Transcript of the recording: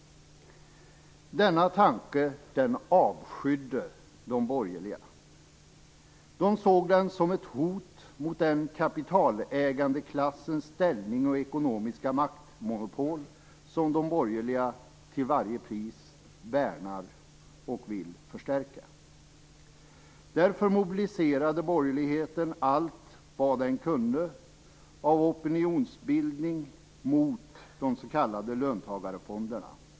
Denna tanke avskydde de borgerliga. De såg den som ett hot mot den kapitalägande klassens ställning och ekonomiska maktmonopol, som de borgerliga till varje pris värnar och vill förstärka. Därför mobiliserade borgerligheten allt vad den kunde av opinionsbildning mot de s.k. löntagarfonderna.